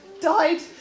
died